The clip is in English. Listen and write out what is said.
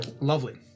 Lovely